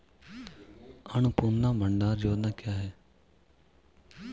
अन्नपूर्णा भंडार योजना क्या है?